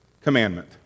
commandment